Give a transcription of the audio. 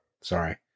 Sorry